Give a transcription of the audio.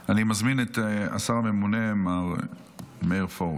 אני מזמין את השר הממונה מר מאיר פרוש.